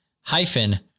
hyphen